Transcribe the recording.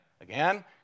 again